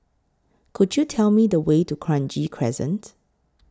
Could YOU Tell Me The Way to Kranji Crescent